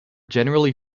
generally